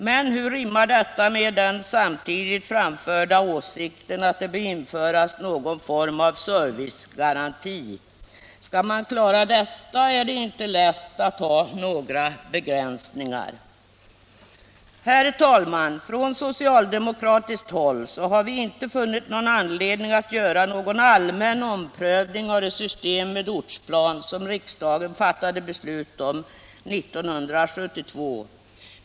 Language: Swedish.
Men hur rimmar detta med den samtidigt framförda åsikten att någon form av servicegaranti bör införas? Skall man klara detta blir det inte lätt att ha några begränsningar. Herr talman! Från socialdemokratiskt håll har vi inte funnit anledning att göra någon allmän omprövning av det system med ortsplan som riksdagen fattade beslut om 1972.